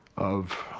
of